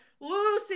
lucy